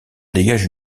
dégage